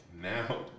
now